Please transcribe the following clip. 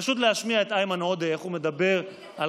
פשוט להשמיע את איימן עודה איך הוא מדבר על